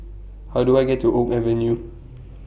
How Do I get to Oak Avenue